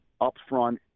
upfront